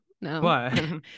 No